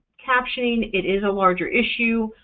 captioning it is a larger issue.